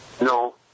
No